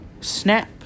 ...snap